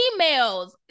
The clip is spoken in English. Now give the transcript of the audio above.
emails